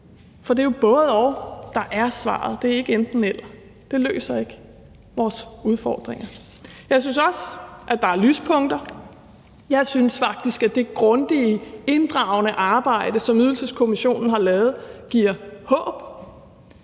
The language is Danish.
for det er jo både-og, der er svaret; det er ikke enten-eller, for det løser ikke vores udfordringer. Jeg synes også, at der er lyspunkter. Jeg synes faktisk, det grundige og inddragende arbejde, som Ydelseskommissionen har lavet, giver håb.